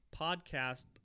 podcast